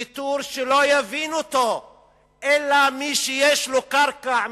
ויתור שלא יבין אותו אלא מי שיש לו קרקע,